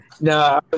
no